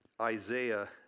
Isaiah